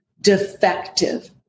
defective